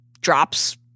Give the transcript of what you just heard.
drops